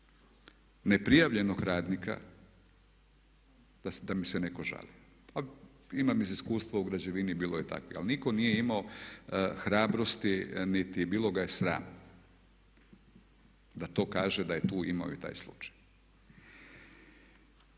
ne prijavljenog radnika, da mi se netko žali. Imam iz iskustva u građevini, bilo je takvih. Ali nitko nije imao hrabrosti niti bilo ga je sram da to kaže da je tu imao i taj slučaj.